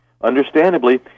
Understandably